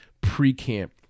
pre-camp